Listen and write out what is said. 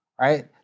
right